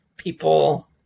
People